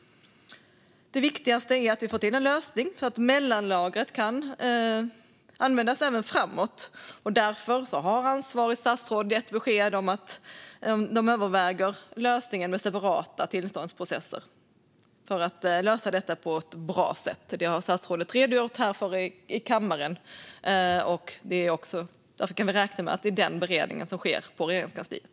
Det viktigaste är att vi får till en lösning så att mellanlagret kan användas även framöver. Därför har ansvarigt statsråd gett besked om att man överväger lösningen med separata tillståndsprocesser för att lösa detta på ett bra sätt. Det har statsrådet redogjort för här i kammaren, och därför kan vi räkna med att det är den beredningen som sker på Regeringskansliet.